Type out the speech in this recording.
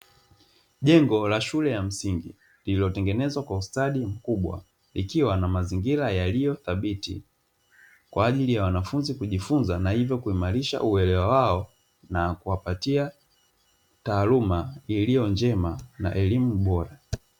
Jengo la shule ya msingi lilotengenezwa kwa ustadi mkubwa likiwa na mazingira yaliyo thabiti, kwa ajili ya wanafunzi kujifunza na hivyo kuimarisha uelewa wao na kuwapatia taaluma iliyo njema na elimu bora.